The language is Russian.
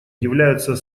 являются